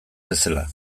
bezala